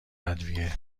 ادویه